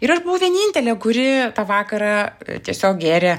ir aš buvau vienintelė kuri tą vakarą tiesiog gėrė